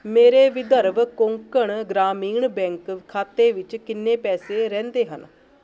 ਮੇਰੇ ਵਿਦਰਭ ਕੋਂਕਣ ਗ੍ਰਾਮੀਣ ਬੈਂਕ ਖਾਤੇ ਵਿੱਚ ਕਿੰਨੇ ਪੈਸੇ ਰਹਿੰਦੇ ਹਨ